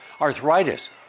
arthritis